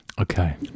Okay